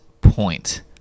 point